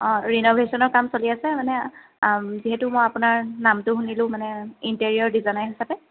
অ' ৰিন'ভেশ্যনৰ কাম চলি আছে মানে যিহেতু মই আপোনাৰ নামটো শুনিলোঁ মানে ইণ্টেৰিয়'ৰ ডিজাইনাৰ হিচাপে